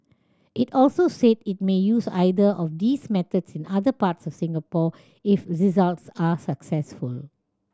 it also said it may use either of these methods in other parts of Singapore if results are successful